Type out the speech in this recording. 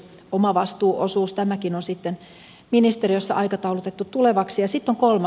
tämäkin on ministeriössä aikataulutettu tulevaksi